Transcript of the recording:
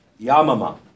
Yamama